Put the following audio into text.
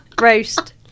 roast